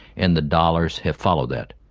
and the dollars have followed that.